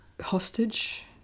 Hostage